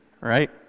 right